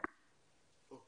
המשפטית